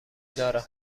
دارم